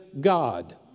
God